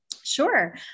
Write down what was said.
Sure